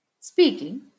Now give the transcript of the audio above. Speaking